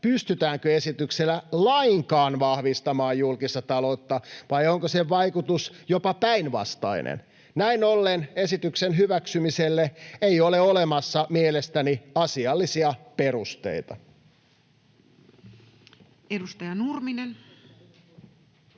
pystytäänkö esityksellä lainkaan vahvistamaan julkista taloutta vai onko sen vaikutus jopa päinvastainen. Näin ollen esityksen hyväksymiselle ei ole olemassa mielestäni asiallisia perusteita. Edustaja Nurminen.